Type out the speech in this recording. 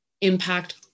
impact